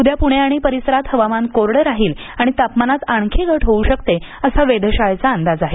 उद्या पुणे आणि परिसरात हवामान कोरडं राहील आणि तापमानात आणखी घट होऊ शकते असा वेधशाळेचा अंदाज आहे